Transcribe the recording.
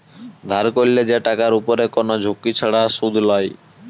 ধার ক্যরলে যে টাকার উপরে কোন ঝুঁকি ছাড়া শুধ লায়